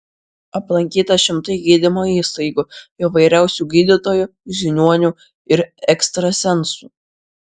aplankyta šimtai gydymo įstaigų įvairiausių gydytojų žiniuonių ir ekstrasensų